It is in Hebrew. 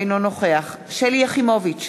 אינו נוכח שלי יחימוביץ,